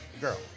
girl